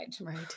Right